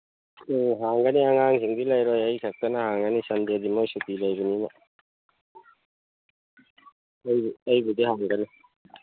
ꯎꯝ ꯍꯥꯡꯒꯅꯤ ꯑꯉꯥꯡꯁꯤꯡꯗꯤ ꯂꯩꯔꯣꯏ ꯑꯩ ꯈꯛꯇꯅ ꯍꯥꯡꯒꯅꯤ ꯁꯟꯗꯦꯗꯤ ꯃꯣꯏ ꯁꯨꯇꯤ ꯂꯩꯕꯅꯤꯅ ꯑꯩ ꯑꯩꯕꯨꯗꯤ ꯍꯥꯡꯒꯅꯤ